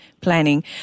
planning